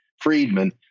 Friedman